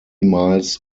miles